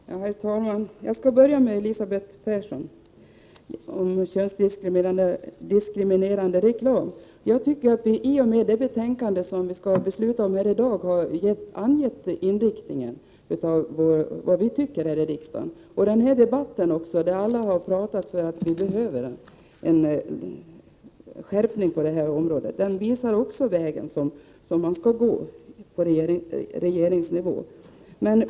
Herr talman! Låt mig först kommentera vad Elisabeth Persson sade om könsdiskriminerande reklam. I och med det föreliggande betänkandet, som vi skall fatta beslut om i dag, har vi angett inriktningen och sagt vad vi tycker. Även denna debatt, där alla har talat för att det behövs en skärpning på detta område, visar den väg som regeringen bör gå.